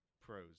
Pros